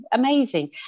Amazing